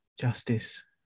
justice